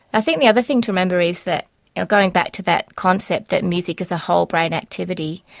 i think the other thing to remember is that going back to that concept that music is a whole-brain activity,